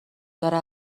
داره